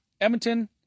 Edmonton